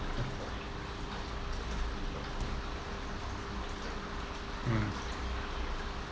mm